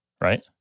right